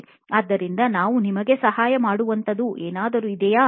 ಆದ್ದರಿಂದ ನಾವು ನಿಮಗೆ ಸಹಾಯ ಮಾಡುವಂತಹ ಏನಾದರೂ ಇದೆಯಾ